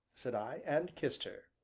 said i, and kissed her.